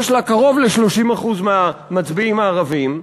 יש לה קרוב ל-30% מהמצביעים הערבים,